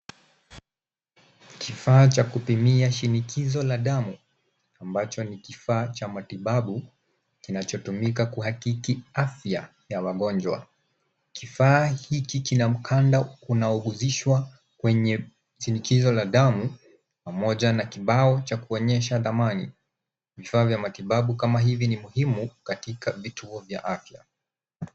Kifaa cha kupimia shinikizo la damu ambacho ni kifaa cha matibabu kinachotumika kuhakiki afya ya wagonjwa. Kifaa hiki kina mkanda unaoguzishwa kwenye shinikizo la damu pamoja na kibao cha kuonyesha dhamani. Vifaa vya matibabu kama hivi ni muhimu katika vituo vya afya.